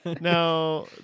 Now